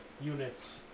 units